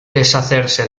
deshacerse